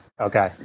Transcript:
Okay